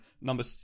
number